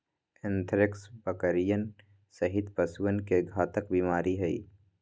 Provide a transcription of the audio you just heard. anthrax बकरियन सहित पशुअन के घातक बीमारी हई